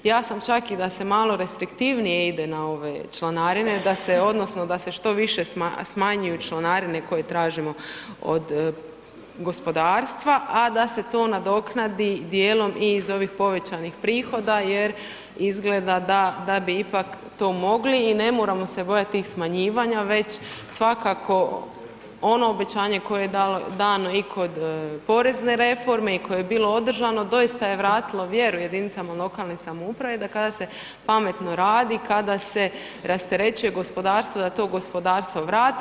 Ja sam čak i da se malo restriktivnije ide na ove članarine odnosno da se što više smanjuju članarine koje tražimo od gospodarstva, a da se to nadoknadi dijelom iz ovih povećanih prihoda jer izgleda da bi ipak to mogli i ne moramo se bojati tih smanjivanja, već svakako ono obećanje koje je dano i kod porezne reforme i koje je bilo održano doista je vratilo vjeru jedinicama lokalne samouprave da kada se pametno radi i kada se rasterećuje gospodarstvo da to gospodarstvo vrati.